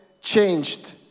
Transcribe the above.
changed